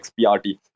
XPRT